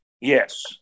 Yes